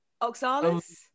oxalis